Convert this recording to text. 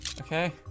Okay